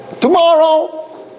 Tomorrow